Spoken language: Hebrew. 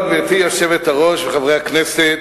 גברתי היושבת-ראש, חברי הכנסת,